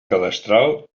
cadastral